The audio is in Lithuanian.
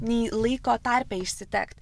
nei laiko tarpe išsitekt